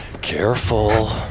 Careful